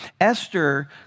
Esther